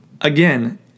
Again